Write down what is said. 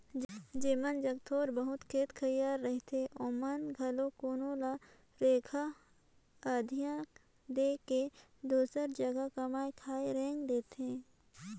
जेमन जग थोर बहुत खेत खाएर रहथे ओमन घलो कोनो ल रेगहा अधिया दे के दूसर जगहा कमाए खाए रेंग देथे